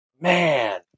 man